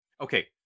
okay